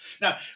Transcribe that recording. Now